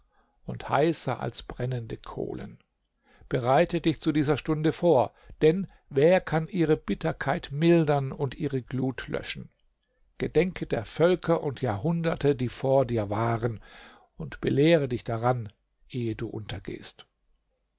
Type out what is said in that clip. und heißer als brennende kohlen bereite dich zu dieser stunde vor denn wer kann ihre bitterkeit mildern und ihre glut löschen gedenke der völker und jahrhunderte die vor dir waren und belehre dich daran ehe du untergehst